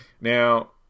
Now